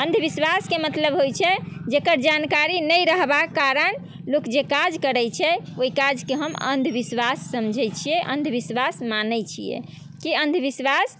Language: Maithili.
अन्धविश्वासके मतलब होइ छै जकर जानकारी नहि रहबाके कारण लोक जे काज करै छै ओहि काजके हम अन्धविश्वास समझै छिए अन्धविश्वास मानै छिए कि अन्धविश्वास